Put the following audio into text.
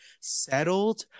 settled